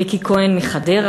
"ריקי כהן מחדרה",